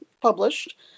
published